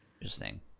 interesting